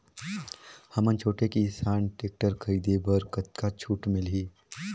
हमन छोटे किसान टेक्टर खरीदे बर कतका छूट मिलही?